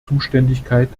zuständigkeit